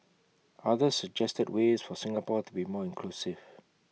others suggested ways for Singapore to be more inclusive